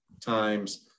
times